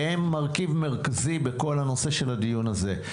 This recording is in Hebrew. והם מרכיב מרכזי בכל הנושא של הדיון הזה.